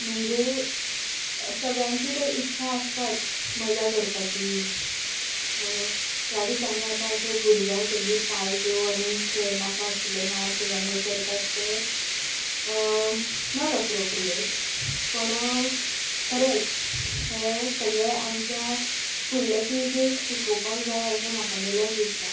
म्हणजे सगल्यांची तर इत्सा आसताच मजा करपाची ह्या दिसांनी आतां अशें भुरग्या सगली पालट्यो आनी नाकाशिल्ले नाच रंग करतात ते नॉट एप्रोप्रिएट पूण खरेंच हें सगलें आमच्या फुडल्या पिळगेक शिकोपाक जाय अशें म्हाका जाल्यार दिसता